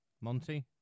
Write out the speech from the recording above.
Monty